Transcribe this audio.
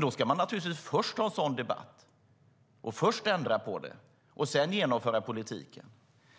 Då ska man naturligtvis först ha en sådan debatt, ändra på detta och sedan genomföra politiken.